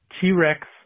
T-Rex